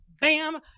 Bam